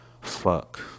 fuck